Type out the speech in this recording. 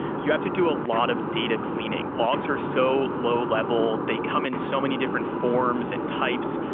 you have to do a lot of data cleaning logs are so low-level. they come in so many different forms and types.